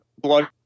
blood